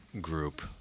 group